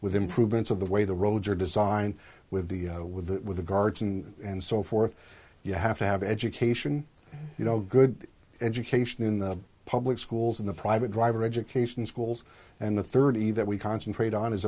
with improvements of the way the roads are designed with the with the with the guards and so forth you have to have education you know good education in the public schools in the private driver education schools and the thirty that we concentrate on is